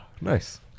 nice